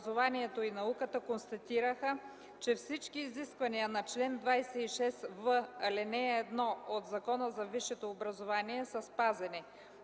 образованието и науката констатираха, че всички изисквания на чл. 26в, ал. 1 от Закона за висшето образование са спазени.